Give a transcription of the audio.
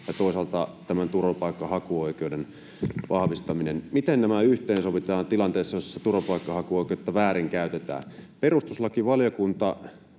ja toisaalta turvapaikanhakuoikeuden vahvistaminen: miten nämä yhteensovitaan tilanteessa, jossa turvapaikanhakuoikeutta väärinkäytetään. Perustuslakivaliokunta